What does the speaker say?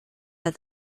that